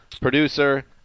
Producer